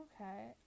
okay